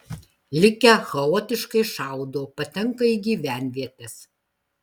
likę chaotiškai šaudo patenka į gyvenvietes